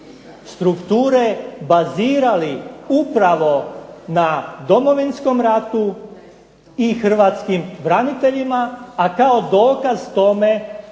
strukture bazirali upravo na Domovinskom ratu i Hrvatskim braniteljima a kao dokaz tome